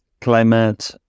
climate